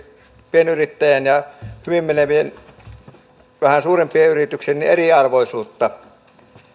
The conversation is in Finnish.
pienyrittäjän ja hyvin menevien vähän suurempien yritysten eriarvoisuutta